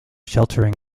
sheltering